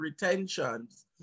retentions